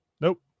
Nope